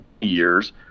years